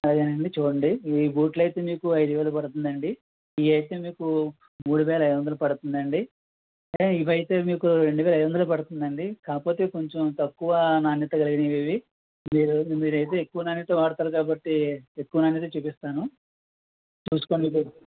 అలాగేనండి చూడండి ఇవి బూట్లు అయితే మీకు అయిదు వేలు పడుతుంది అండి ఇవి అయితే మీకు మూడు వేల అయిదు వందలు పడుతుంది అండి ఇవి అయితే మీకు రెండు వేల అయిదు వందలే పడుతుంది అండి కాకపోతే కొంచెం తక్కువ నాణ్యత కలిగినవి ఇవి మీరు మీరు అయితే ఎక్కువ నాణ్యత వాడతారు కాబట్టి ఎక్కువ నాణ్యతే చూపిస్తాను చూసుకోండి